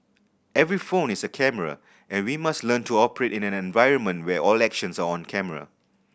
every phone is a camera and we must learn to operate in an environment where all actions are on camera